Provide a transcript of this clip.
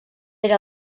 era